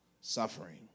suffering